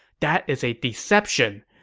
that is a deception.